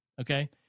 okay